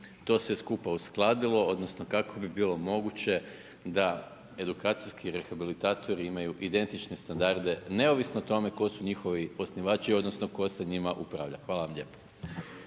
to sve skupa uskladilo odnosno kako bi bilo moguće da edukacijski rehabilitatori imaju identične standarde neovisno o tome tko su njihovi osnivači odnosno tko sa njima upravlja. Hvala vam lijepo.